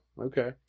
okay